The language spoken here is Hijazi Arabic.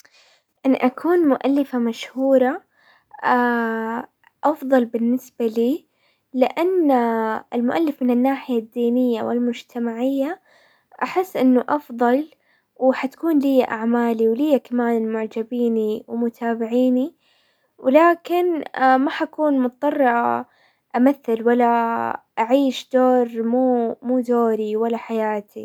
اني اكون مؤلفة مشهورة افضل بالنسبة لي، لان المؤلف من الناحية الدينية والمجتمعية احس انه افضل، وحتكون لي اعمالي، ولي كمان معجبيني ومتابعيني، ولكن ما حكون مضطرة امثل ولا اعيش دور مو- مو دوري ولا حياتي.